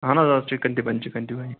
اہن حظ آ چِکَن تہِ بَنِہ چِکَن تہِ بَنہِ